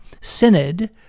synod